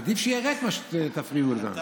עדיף שיהיה ריק מאשר תפריעו כאן.